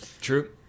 True